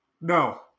No